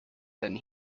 than